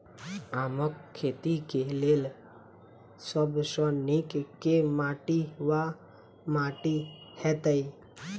आमक खेती केँ लेल सब सऽ नीक केँ माटि वा माटि हेतै?